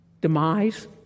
demise